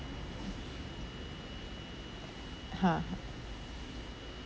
ha